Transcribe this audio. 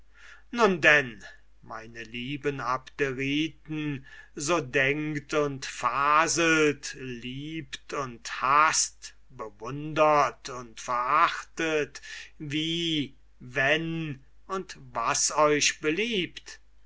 nun dann meine lieben abderiten so denkt und faselt liebt und haßt bewundert und verachtet wie wenn und was euch beliebt